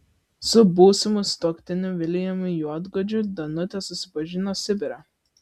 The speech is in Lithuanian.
su būsimu sutuoktiniu viliumi juodgudžiu danutė susipažino sibire